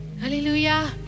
Hallelujah